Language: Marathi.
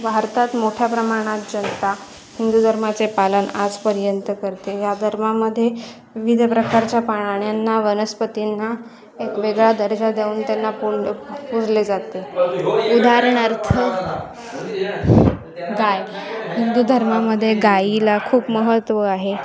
भारतात मोठ्या प्रमाणात जनता हिंदू धर्माचे पालन आजपर्यंत करते या धर्मामध्ये विविध प्रकारच्या प्राण्यांना वनस्पतींना एक वेगळा दर्जा देऊन त्यांना पुण पुजले जाते उदाहरणार्थ गाय हिंदू धर्मामध्ये गायीला खूप महत्त्व आहे